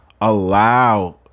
allow